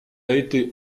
été